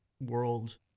world